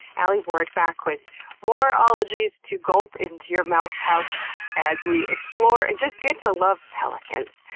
alie ward, back with more ologies to gulp into your mouth pouch as we explore and just get to love pelicans.